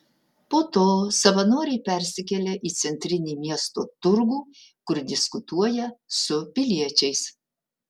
po to savanoriai persikelia į centrinį miesto turgų kur diskutuoja su piliečiais